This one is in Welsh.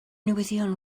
newyddion